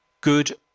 good